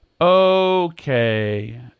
Okay